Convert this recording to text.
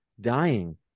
dying